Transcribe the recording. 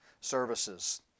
services